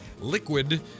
liquid